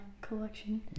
collection